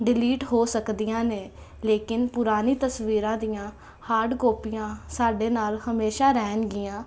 delete ਹੋ ਸਕਦੀਆਂ ਨੇ ਲੇਕਿਨ ਪੁਰਾਣੀ ਤਸਵੀਰਾਂ ਦੀਆਂ ਹਾਰਡ ਕੋਪੀਆਂ ਸਾਡੇ ਨਾਲ ਹਮੇਸ਼ਾ ਰਹਿਣਗੀਆਂ